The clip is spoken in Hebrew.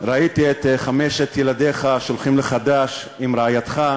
ראיתי את חמשת ילדיך שולחים לך ד"ש עם רעייתך.